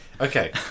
Okay